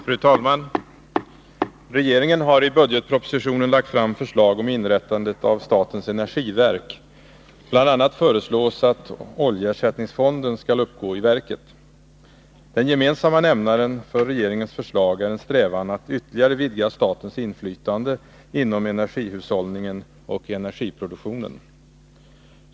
Fru talman! Regeringen har i budgetpropositionen lagt fram förslag om inrättandet av statens energiverk. Bl. a. föreslås att oljeersättningsfonden skall uppgå i verket. Den gemensamma nämnaren för regeringens förslag är en strävan att ytterligare vidga statens inflytande inom energihushållningen och energiproduktionen.